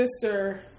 sister